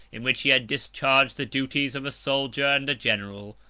in which he had discharged the duties of a soldier and a general,